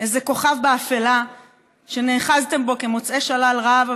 איזה כוכב באפלה שנאחזתם בו כמוצאי שלל רב,